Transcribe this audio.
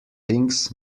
things